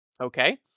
Okay